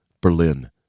Berlin